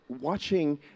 watching